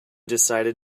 decided